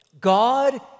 God